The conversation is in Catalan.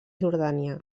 jordània